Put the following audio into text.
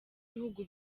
bihugu